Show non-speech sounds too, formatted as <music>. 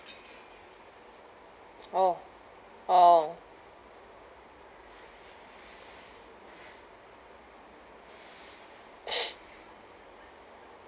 orh orh <noise>